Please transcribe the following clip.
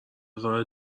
راه